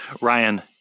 Ryan